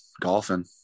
golfing